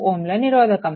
5 Ω నిరోధకం